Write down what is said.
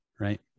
right